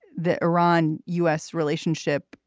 the iran u s. relationship,